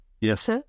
Yes